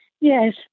Yes